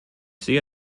sehe